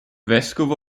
vescovo